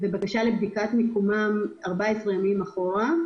בבקשה לבדיקת מיקומם 14 ימים אחורה,